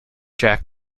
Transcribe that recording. jack